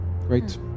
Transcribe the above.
Great